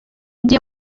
ugiye